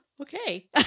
Okay